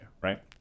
right